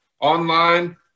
online